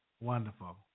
Wonderful